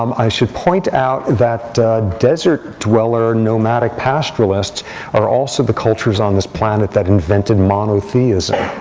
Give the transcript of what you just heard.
um i should point out that desert dweller nomadic pastoralists are also the cultures on this planet that invented monotheism.